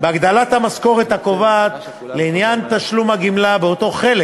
בהגדלת המשכורת הקובעת לעניין תשלום הגמלה באותו חלק